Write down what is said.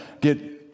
get